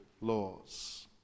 laws